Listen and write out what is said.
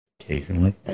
occasionally